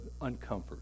uncomfort